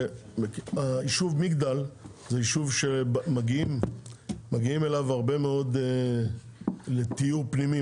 שהיישוב מגדל זה יישוב שמגיעים אליו הרבה מאוד לתיור פנימי,